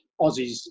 Aussies